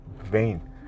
Vain